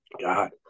god